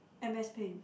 m_s paint